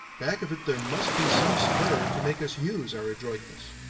back of it there must be some spur to make us use our adroitness.